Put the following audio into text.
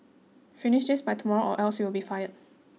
finish this by tomorrow or else you'll be fired